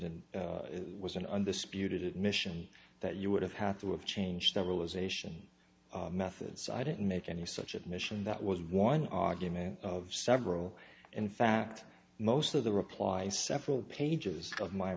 and it was an undisputed admission that you would have had to have changed several ization methods i didn't make any such admission that was one argument of several in fact most of the replies several pages of my